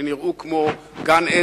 שנראו כמו גן-עדן,